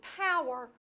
power